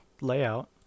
layout